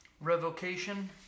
Revocation